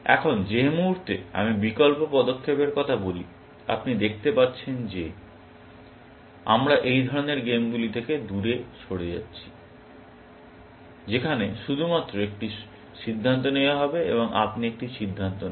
এখন যে মুহুর্তে আমি বিকল্প পদক্ষেপের কথা বলি আপনি দেখতে পাচ্ছেন যে আমরা এই ধরণের গেমগুলি থেকে দূরে সরে যাচ্ছি যেখানে শুধুমাত্র একটি সিদ্ধান্ত নেওয়া হবে এবং আপনি একটি সিদ্ধান্ত নেন